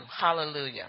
Hallelujah